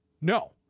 No